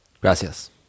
Gracias